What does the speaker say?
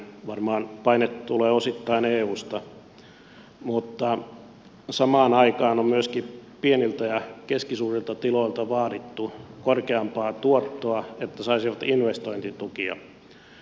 varmaan paine tulee osittain eusta mutta samaan aikaan on myöskin pieniltä ja keskisuurilta tiloilta vaadittu korkeampaa tuottoa että saisivat investointitukia